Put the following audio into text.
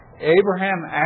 Abraham